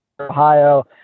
Ohio